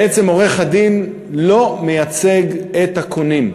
בעצם עורך-הדין לא מייצג את הקונים,